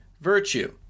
virtue